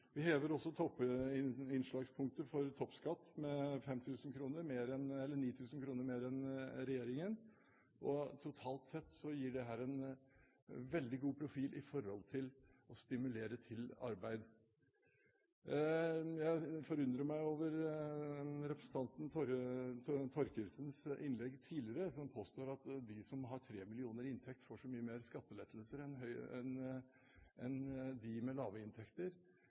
Vi hever også innslagspunktet for toppskatt med 9 000 kr mer enn regjeringen. Totalt sett gir dette en veldig god profil når det gjelder å stimulere til arbeid. Jeg forundrer meg over representanten Thorkildsens innlegg tidligere, hvor hun påstår at de som har 3 mill. kr i inntekt, får mye mer i skattelettelser enn de med lave inntekter,